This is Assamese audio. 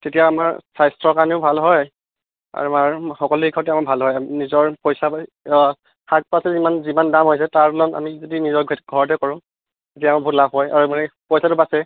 তেতিয়া আমাৰ স্বাস্থ্য়ৰ কাৰণেও ভাল হয় আৰু সকলো দিশত ভাল হয় নিজৰ পইচা শাক পাচলি ইমান যিমান দাম হৈছে তাৰ তুলনাত যদি নিজৰ ঘৰতে কৰোঁ তেতিয়া বহুত লাভ হয় আৰু মানে পইচাটো বাছে